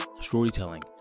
storytelling